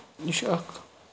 یہِ چھُ اکھ